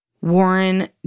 Warren